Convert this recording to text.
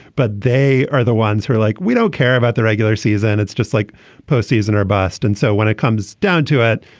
but they are the ones who are like, we don't care about the regular season. it's just like postseason or bust. and so when it comes down to it,